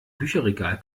bücherregal